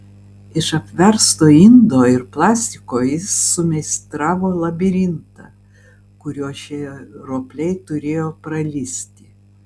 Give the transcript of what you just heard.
iš apversto indo ir plastiko jis sumeistravo labirintą kuriuo šie ropliai turėjo pralįsti